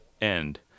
end